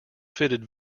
fitted